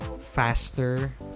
faster